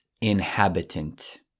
inhabitant